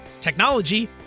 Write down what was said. technology